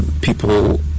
people